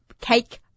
Cake